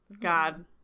God